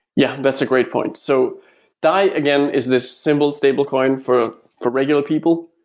yeah, that's a great point. so dai again is this simple stablecoin for for regular people.